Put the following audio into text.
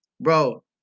bro